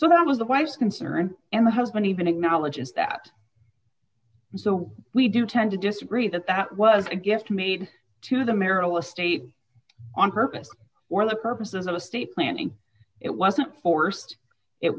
so that was the wife's concern and the husband even acknowledges that so we do tend to disagree that that was a gift made to the marital estate on purpose or the purpose of the estate planning it wasn't forced it